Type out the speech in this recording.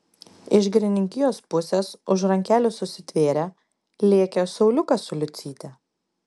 iš girininkijos pusės už rankelių susitvėrę lėkė sauliukas su liucyte